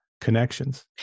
connections